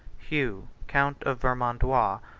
hugh, count of vermandois,